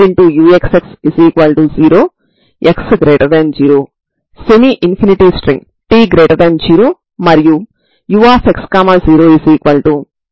ఇప్పుడు మీరు సరిహద్దు నియమాలు Xa0 Xb0 లను రెండింటినీ పెట్టడం వల్ల మీరు c1ac20 మరియు c1bc20 ను పొందుతారు